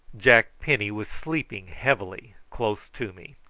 jack penny was sleeping heavily close to me,